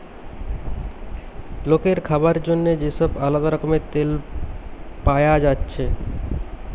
লোকের খাবার জন্যে যে সব আলদা রকমের তেল পায়া যাচ্ছে